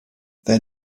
then